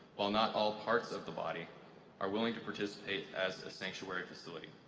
while not all parts of the body are willing to participate as a sanctuary facility.